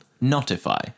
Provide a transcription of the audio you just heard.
Notify